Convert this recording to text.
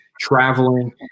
traveling